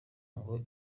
ngo